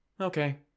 okay